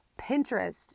Pinterest